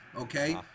Okay